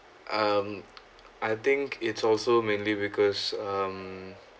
um I think it's also mainly because um